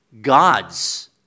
God's